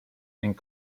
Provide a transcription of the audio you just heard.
and